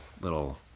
little